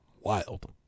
Wild